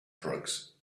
drugs